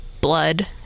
blood